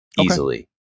easily